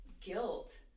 guilt